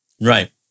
Right